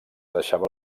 deixava